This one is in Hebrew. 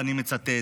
ואני מצטט: